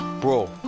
Bro